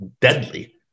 deadly